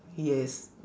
yes